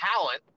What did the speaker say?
talent